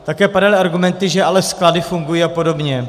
Také padaly argumenty, že sklady fungují apod.